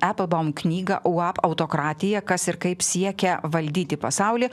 eplbaum knygą uab autokratiją kas ir kaip siekia valdyti pasaulį